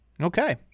Okay